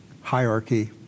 hierarchy